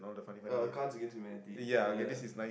uh cards against humanity yeah